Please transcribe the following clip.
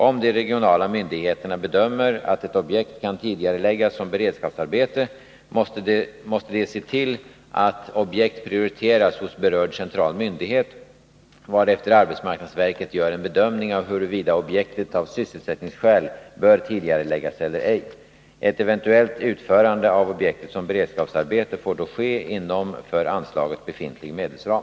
Om de regionala myndigheterna bedömer att ett objekt kan tidigareläggas som beredskapsarbete, måste de se till att objekt prioriteras hos berörd central myndighet, varefter arbetsmarknadsverket gör en bedömning av huruvida objektet av sysselsättningsskäl bör tidigareläggas eller ej. Ett eventuellt utförande av objektet som beredskapsarbete får då ske inom för anslaget befintlig medelsram.